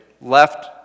left